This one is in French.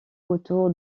autour